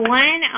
one